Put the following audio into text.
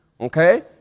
okay